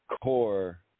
core